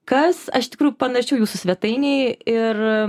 kas aš iš tikrųjų panaršiau jūsų svetainėj ir